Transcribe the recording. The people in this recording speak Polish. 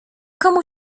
komu